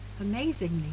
amazingly